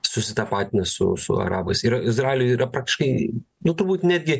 susitapatina su su arabais yra izraeliui yra praktiškai nu turbūt netgi